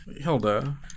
Hilda